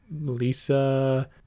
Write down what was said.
Lisa